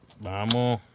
Vamos